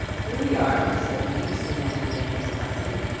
here we are! said he, soon after they entered hartley.